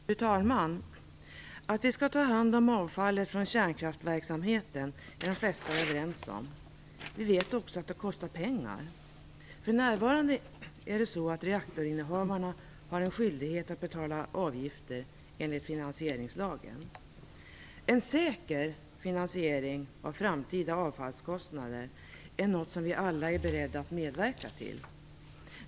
Fru talman! Att vi skall ta hand om avfallet från kärnkraftsverksamheten är de flesta överens om. Vi vet också att det kostar pengar. För närvarande har rektorinnehavarna en skyldighet att betala avgifter enligt finansieringslagen. En säker finansiering av framtida avfallskostnader är något som vi alla är beredda att medverka till.